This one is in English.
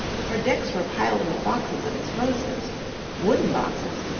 her decks were piled with boxes of explosives wooden boxes,